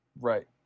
Right